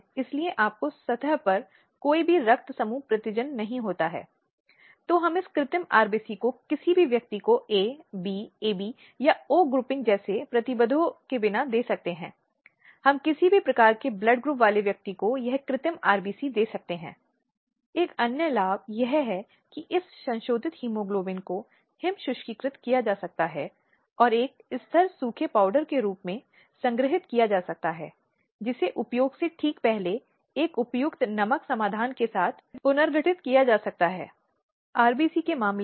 स्लाइडका समय देखें 1342 हिंसा का दूसरा रूप जो यह है वह प्रकृति में आर्थिक है जहां महिला को आवश्यक आर्थिक संसाधनों या संपत्ति से वंचित किया जाता है या यहां तक कि वह उसकी धनराशि हो सकती है या उसकी संपत्ति को धोखाधड़ी से दूर किया जा सकता है या धन का दुरुपयोग हो सकता है जो उसी का है